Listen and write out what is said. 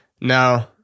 No